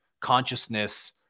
consciousness